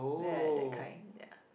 there that kind ya